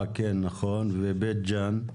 נכון, ובית ג'אן.